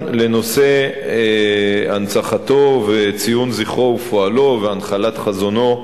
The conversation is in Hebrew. לנושא הנצחתו וציון זכרו ופועלו והנחלת חזונו,